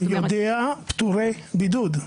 יודע פטורי בידוד.